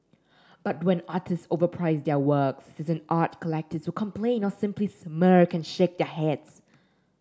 but when artist overprice their works seasoned art collectors complain or simply smirk and shake their heads